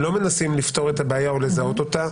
לפתור את הבעיה או לזהות אותה.